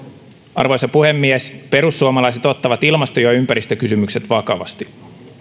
arvoisa puhemies perussuomalaiset ottavat ilmasto ja ympäristökysymykset vakavasti